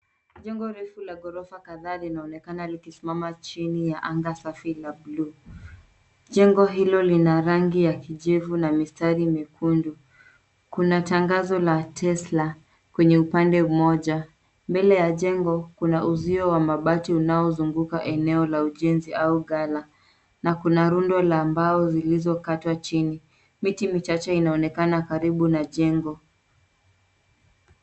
Jengo refu la ghorofa kadhaa linaonekana likisimama chini ya anga safi la blue . Jengo hilo lina rangi ya kijivu na mistari mikundu. Kuna tangazo la tesla kwenye upande mmoja. Mbele ya jengo kuna uzio wa mabati unaozunguka eneo la ujenzi au ghala na kuna rundo la mbao zilizokatwa chini. Miti michache inaonekana karibu na jengo.